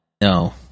No